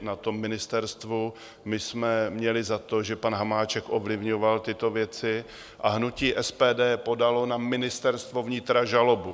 na tom ministerstvu, my jsme měli za to, že pan Hamáček ovlivňoval tyto věci, a hnutí SPD podalo na Ministerstvo vnitra žalobu.